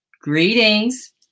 greetings